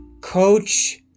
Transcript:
Coach